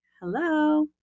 Hello